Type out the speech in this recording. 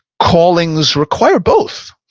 callings require both.